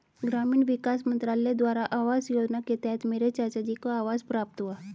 ग्रामीण विकास मंत्रालय द्वारा आवास योजना के तहत मेरे चाचाजी को आवास प्राप्त हुआ